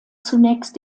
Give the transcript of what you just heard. zunächst